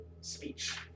speech